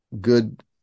good